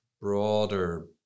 broader